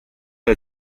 del